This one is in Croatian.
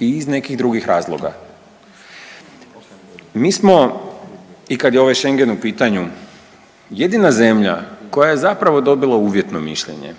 i iz nekih drugih razloga. Mi smo i kad je ovaj Schengen u pitanju jedina zemlja koja je zapravo dobila uvjetno mišljenje